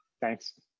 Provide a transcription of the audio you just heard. Thanks